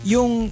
Yung